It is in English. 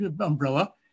umbrella